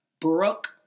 Brooke